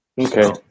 Okay